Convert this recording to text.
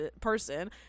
person